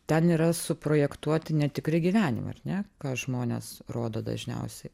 ten yra suprojektuoti netikri gyvenimai ar ne ką žmonės rodo dažniausiai